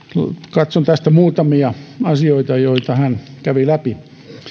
katson tässä muutamia asioita joita hän kävi läpi